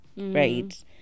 right